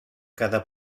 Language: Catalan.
cada